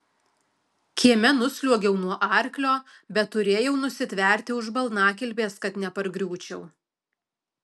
kieme nusliuogiau nuo arklio bet turėjau nusitverti už balnakilpės kad nepargriūčiau